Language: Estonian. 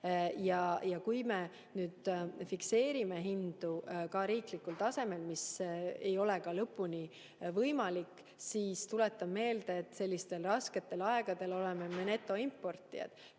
Kui me nüüd fikseerime hindu ka riiklikul tasemel – see ei ole ka lõpuni võimalik –, siis, tuletan meelde, rasketel aegadel oleme me netoimportijad.